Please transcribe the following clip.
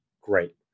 great